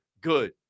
Good